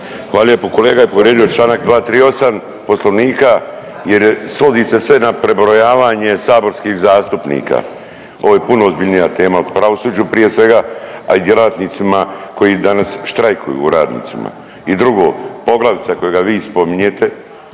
Hvala lijepo. Kolega je povrijedio Članak 238. Poslovnika jer je svodi se sve na prebrojavanje saborskih zastupnika. Ovo je puno ozbiljnija tema o pravosuđu prije svega, a i djelatnicima koji danas štrajkuju, radnicima. I drugo poglavica kojega vi spominjete